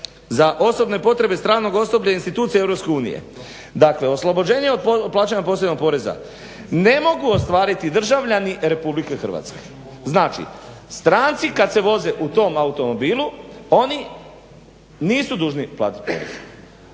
za osobne potrebe stranog osoblja institucija EU. Dakle, oslobođenje od plaćanja posebnog poreza ne mogu ostvariti državljani Republike Hrvatske. Znači, stranci kad se voze u tom automobilu oni nisu dužni platiti porez,